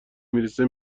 میرسه